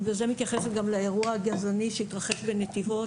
אני בזה מתייחסת לאירוע הגזעני שהתרחש בנתיבות,